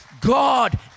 God